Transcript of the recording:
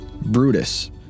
Brutus